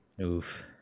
Oof